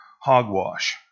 Hogwash